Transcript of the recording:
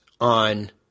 on